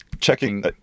Checking